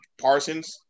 Parsons